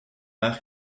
air